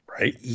right